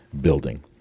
building